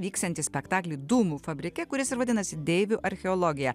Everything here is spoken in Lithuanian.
vyksiantį spektaklį dūmų fabrike kuris ir vadinasi deivių archeologija